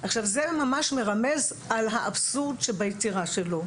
עכשיו זה ממש מרמז על האבסורד שביצירה שלו,